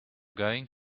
going